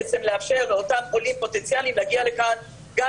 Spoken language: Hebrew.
בעצם לאפשר לאותם עולים פוטנציאליים להגיע לכאן גם